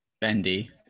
Bendy